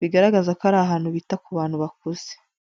bigaragaza ko ari ahantu bita ku bantu bakuze.